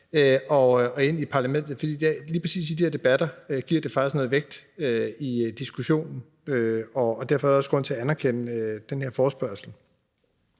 sammen er glade for, for i lige præcis de her debatter giver det faktisk noget vægt i diskussionen, og derfor er der også grund til at anerkende den her forespørgsel.